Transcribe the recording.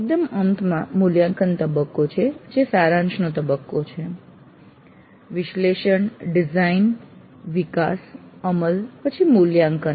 એકદમ અંતમાં મૂલ્યાંકન તબક્કો છે જે સારાંશનો તબક્કો છે વિશ્લેષણ ડિઝાઇન વિકાસ અમલ પછી મૂલ્યાંકન